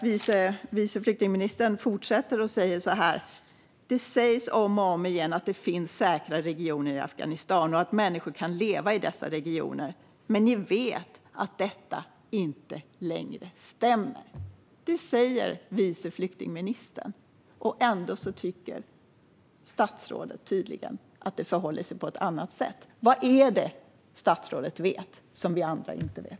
Vice flyktingministern fortsätter: "Det sägs om och om igen att det finns säkra regioner i Afghanistan och att människor kan leva i dessa regioner. Men ni vet att detta inte längre stämmer." Detta säger vice flyktingministern. Ändå tycker statsrådet tydligen att det förhåller sig på ett annat sätt. Vad är det statsrådet vet som vi andra inte vet?